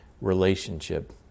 relationship